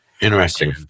Interesting